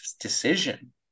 decision